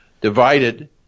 divided